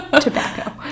Tobacco